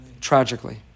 tragically